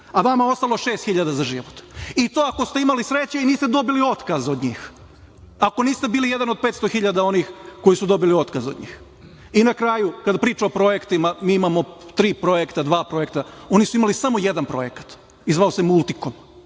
a vama ostalo šest hiljada za život i to ako ste imali sreće i niste dobili otkaz od njih, ako niste bili jedan od 500 hiljada onih koji su dobili otkaz od njih. Na kraju, kada priča o projektima, mi imamo tri projekta, dva projekta, oni su imali samo jedan projekat i zvao se „Multikom“,